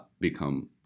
become